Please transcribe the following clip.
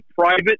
private